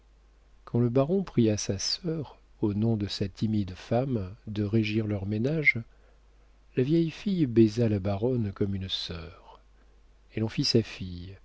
quand le baron pria sa sœur au nom de sa timide femme de régir leur ménage la vieille fille baisa la baronne comme une sœur elle en fit sa fille